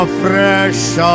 fresh